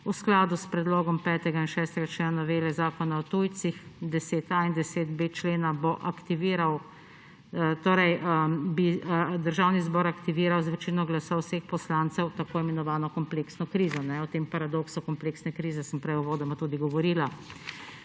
v skladu s predlogom 5. in 6. člena novele Zakona o tujcih, 10.a in 10.b člena, bi Državni zbor aktiviral z večino glasov vseh poslancev tako imenovano kompleksno krizo. O tem paradoksu kompleksne krize sem prej uvodoma tudi govorila.